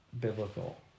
biblical